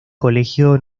colegio